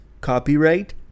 Copyright